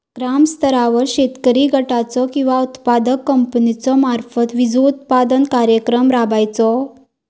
ग्रामस्तरावर शेतकरी गटाचो किंवा उत्पादक कंपन्याचो मार्फत बिजोत्पादन कार्यक्रम राबायचो?